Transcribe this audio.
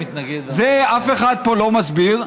את זה אף אחד פה לא מסביר.